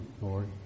Lord